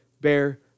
bear